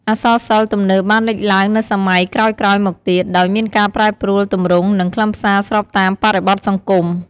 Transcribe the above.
អក្សរសិល្ប៍ទំនើបបានលេចឡើងនៅសម័យក្រោយៗមកទៀត ដោយមានការប្រែប្រួលទម្រង់ និងខ្លឹមសារស្របតាមបរិបទសង្គម។